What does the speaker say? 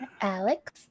Alex